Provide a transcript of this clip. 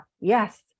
yes